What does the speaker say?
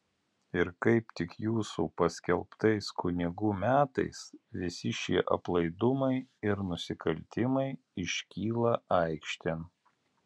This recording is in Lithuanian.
ir kaip tik jūsų paskelbtais kunigų metais visi šie aplaidumai ir nusikaltimai iškyla aikštėn